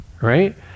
right